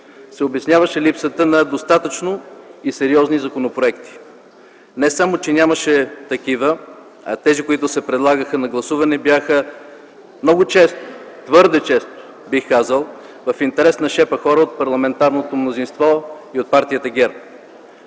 се обясняваше липсата на достатъчно и сериозни законопроекти. Не само че нямаше такива, а подлаганите за гласуване много често, твърде често бих казал, бяха в интерес на шепа хора от парламентарното мнозинство и от партията ГЕРБ.